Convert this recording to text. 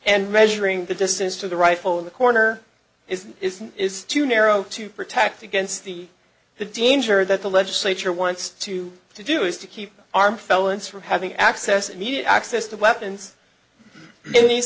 and measuring the distance to the rifle in the corner is is too narrow to protect against the the danger that the legislature wants to to do is to keep arm felons from having access immediate access to weapons in these